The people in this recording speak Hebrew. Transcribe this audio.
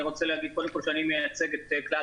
אני רוצה להגיד קודם כל שאני מייצג את כלל